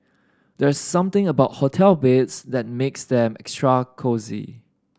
there's something about hotel beds that makes them extra cosy